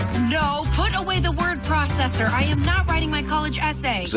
no, put away the word processor, i am not writing my college essay!